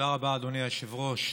אדוני היושב-ראש.